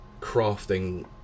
crafting